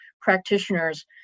practitioners